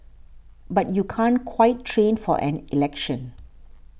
but you can't quite train for an election